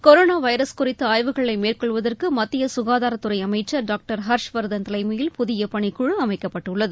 corona virus குறித்து ஆய்வுகளை மேற்கொள்வதற்கு மத்திய சுகாதாரத்துறை அமைச்சர் டாக்டர் ஹர்ஷ்வர்தன் தலைமையில் புதிய பனிக்குழு அமைக்கப்பட்டுள்ளது